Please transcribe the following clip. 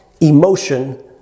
emotion